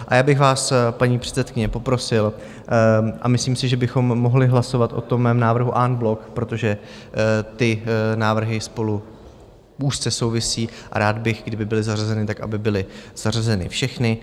A já bych vás, paní předsedkyně, poprosil, a myslím si, že bychom mohli hlasovat o tom mém návrhu en bloc, protože ty návrhy spolu úzce souvisí, a rád bych, kdyby byly zařazeny tak, aby byly zařazeny všechny.